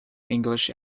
english